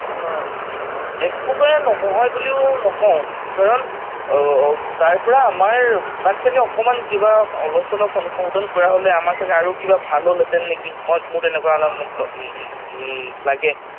এক প্ৰকাৰে নহয় বুলিও নকওঁ কাৰণ তাৰপৰা আমাৰ তাত চাগে অকণমান কিবা অলপ চলপ সংশোধন কৰা হ'লে আমাৰ চাগে আৰু কিবা ভাল হ'লহেঁতেন নেকি মই মোৰ তেনেকুৱা এটা মতলব লাগে